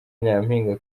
nyampinga